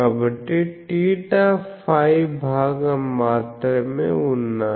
కాబట్టి θ φ భాగం మాత్రమే ఉన్నాయి